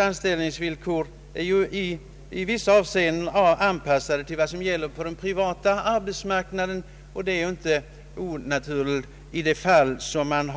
Anställningsvillkoren inom dessa är i vissa avseenden anpassade till vad som gäller på den privata arbetsmarknaden, och det är ju inte onaturligt i de fall då man